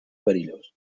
perillós